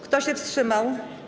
Kto się wstrzymał?